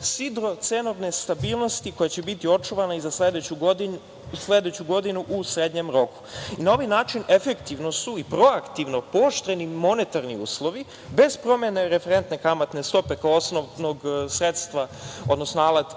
sidro cenovne stabilnosti koja će biti očuvana i za sledeću godinu u srednjem roku. Na ovaj način efektivno su i proaktivno pooštreni monetarni uslovi bez promene referentne kamatne stope, kao osnovnog sredstva, odnosno alatke monetarne